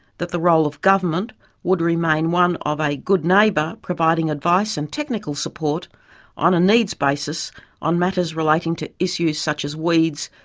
that the role of government would remain one of a good neighbour providing advice and technical support on a needs basis on matters relating to issues such as weeds,